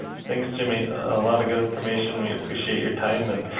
thanks, jimmy. a lot of good information. we appreciate your time and